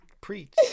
Preach